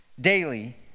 daily